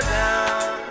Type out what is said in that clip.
down